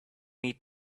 need